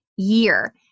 year